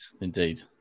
Indeed